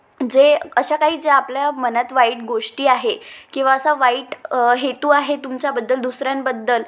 जे अशा काही ज्या आपल्या मनात वाईट गोष्टी आहे किंवा असा वाईट हेतू आहे तुमच्याबद्दल दुसऱ्यांबद्दल